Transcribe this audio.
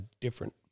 different